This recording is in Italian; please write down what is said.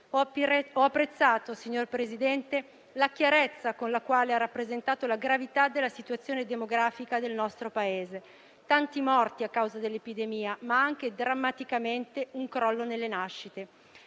Ho apprezzato, signor Presidente, la chiarezza con la quale ha rappresentato la gravità della situazione demografica del nostro Paese: tanti morti a causa dell'epidemia, ma anche drammaticamente un crollo delle nascite.